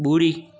बु॒ड़ी